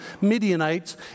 Midianites